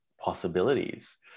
possibilities